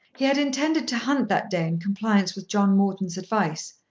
he had intended to hunt that day in compliance with john morton's advice,